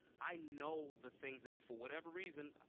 i know the things that, for whatever reason,